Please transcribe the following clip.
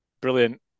Brilliant